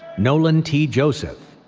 nolan t. joseph,